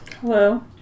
Hello